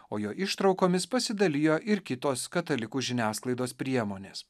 o jo ištraukomis pasidalijo ir kitos katalikų žiniasklaidos priemonės